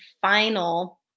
final